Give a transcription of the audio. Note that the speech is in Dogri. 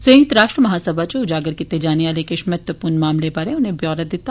संयुक्त राष्ट्र महासभा इच उजागर कीते जाने आले किश महत्वपूर्ण मामले बारै उनें ब्यौरा दित्ता